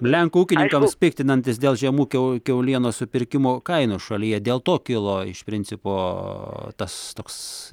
lenkų ūkininkams piktinantis dėl žemų kiau kiaulienos supirkimo kainų šalyje dėl to kilo iš principo tas toks